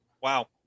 Wow